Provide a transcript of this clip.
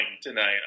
tonight